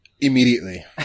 immediately